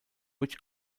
which